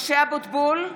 (קוראת בשם חבר הכנסת) משה אבוטבול,